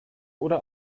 oder